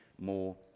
more